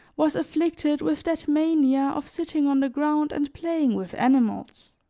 was afflicted with that mania of sitting on the ground and playing with animals.